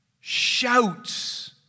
Shouts